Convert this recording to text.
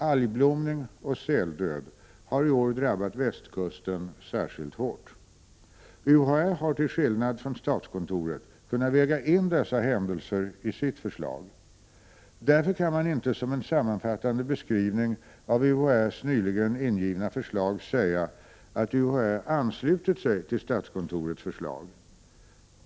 Algblomning och säldöd har i år drabbat västkusten särskilt hårt. UHÄ har till skillnad från statskontoret kunnat väga in dessa händelser i sitt förslag. Därför kan man inte som en sammanfattande beskrivning av UHÄ:s nyligen ingivna förslag säga att UHÄ ”anslutit sig till statskontorets förslag”.